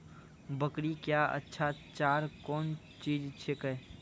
बकरी क्या अच्छा चार कौन चीज छै के?